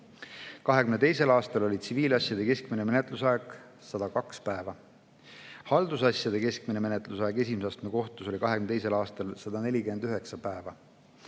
2022. aastal oli tsiviilasjade keskmine menetlusaeg 102 päeva. Haldusasjade keskmine menetlusaeg esimese astme kohtus oli 2022. aastal 149 päeva.